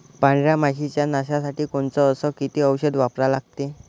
पांढऱ्या माशी च्या नाशा साठी कोनचं अस किती औषध वापरा लागते?